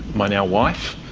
my now wife.